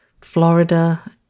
Florida